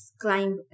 climb